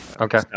Okay